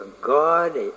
God